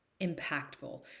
impactful